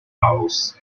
house